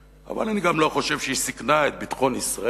אבל אני גם לא חושב שהיא סיכנה את ביטחון ישראל,